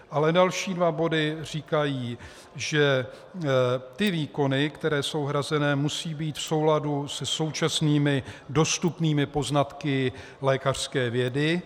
Ale další dva body říkají, že ty výkony, které jsou hrazené, musí být v souladu se současnými dostupnými poznatky lékařské vědy.